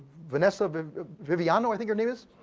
vanessa viviano, i think her name is,